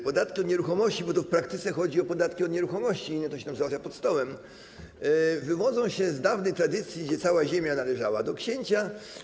Podatki od nieruchomości - bo w praktyce chodzi o podatki od nieruchomości, inne to się załatwia pod stołem - wywodzą się z dawnej tradycji, kiedy cała ziemia należała do księcia.